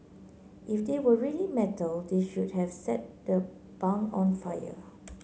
if they were really metal they should have set the bunk on fire